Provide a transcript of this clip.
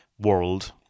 world